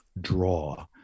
draw